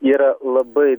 yra labai